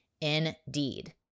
Indeed